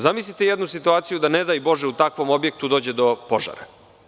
Zamislite jednu situaciju da, ne daj bože, u takvom objektu dođe do požara.